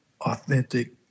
authentic